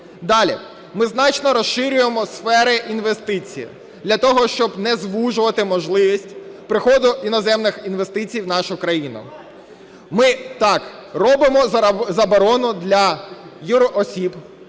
Далі. Ми значно розширюємо сфери інвестицій для того, щоб не звужувати можливість приходу іноземних інвестицій в нашу країну. Ми робимо заборону для юросіб,